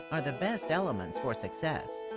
are the best elements for success.